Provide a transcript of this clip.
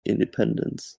independence